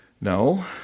No